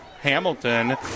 hamilton